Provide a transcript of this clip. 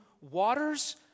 waters